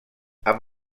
amb